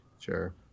Sure